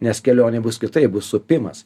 nes kelionėj bus kitaip bus supimas